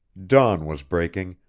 dawn was breaking,